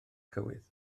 cywydd